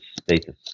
status